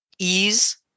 ease